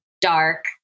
dark